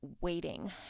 waiting